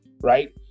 Right